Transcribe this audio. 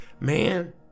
man